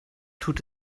tut